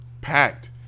packed